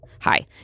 Hi